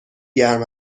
گرم